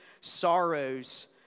sorrows